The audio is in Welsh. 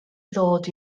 ddod